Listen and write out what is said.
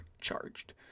charged